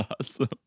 awesome